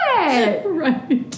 Right